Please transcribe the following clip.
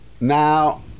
now